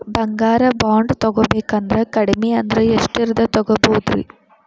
ಬಂಗಾರ ಬಾಂಡ್ ತೊಗೋಬೇಕಂದ್ರ ಕಡಮಿ ಅಂದ್ರ ಎಷ್ಟರದ್ ತೊಗೊಬೋದ್ರಿ?